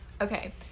Okay